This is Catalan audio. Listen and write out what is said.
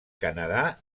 canadà